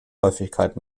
häufigkeit